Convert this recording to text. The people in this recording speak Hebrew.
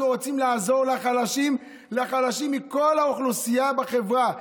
אנחנו רוצים לעזור לחלשים מכל האוכלוסייה בחברה.